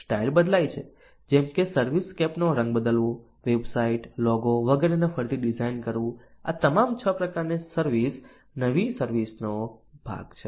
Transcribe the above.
style બદલાય છે જેમ કે સર્વિસસ્કેપનો રંગ બદલવો વેબસાઇટ લોગો વગેરેને ફરીથી ડિઝાઇન કરવું આ તમામ 6 પ્રકારની સર્વિસ નવી સર્વિસ નો ભાગ છે